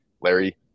Larry